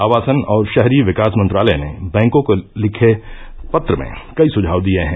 आवासन और शहरी विकास मंत्रालय ने बैंकों को लिखे पत्र में कई सुझाव दिये हैं